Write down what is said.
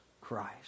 Christ